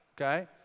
okay